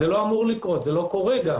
זה לא אמור לקרות, ולא קורה.